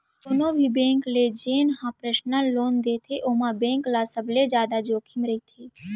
कोनो भी बेंक जेन ह परसनल लोन देथे ओमा बेंक ल सबले जादा जोखिम रहिथे